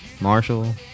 Marshall